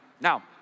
Now